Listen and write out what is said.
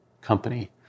company